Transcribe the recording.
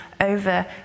over